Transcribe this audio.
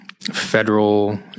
federal